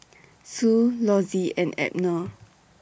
Sue Lossie and Abner